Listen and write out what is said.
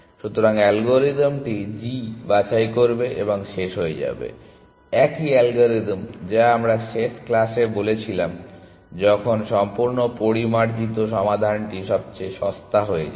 সুতরাং অ্যালগরিদমটি g বাছাই করবে এবং শেষ হয়ে যাবে একই অ্যালগরিদম যা আমরা শেষ ক্লাসে বলেছিলাম যখন সম্পূর্ণ পরিমার্জিত সমাধানটি সবচেয়ে সস্তা হয়ে যায়